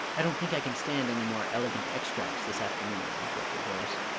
i don't think i can stand any more elegant extracts this afternoon, interrupted horace.